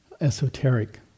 esoteric